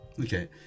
okay